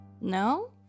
No